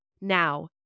Now